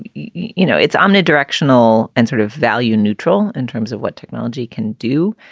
you know, it's omnidirectional and sort of value neutral in terms of what technology can do,